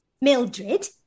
Mildred